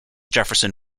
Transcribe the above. jefferson